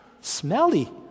smelly